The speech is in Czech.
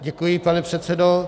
Děkuji, pane předsedo.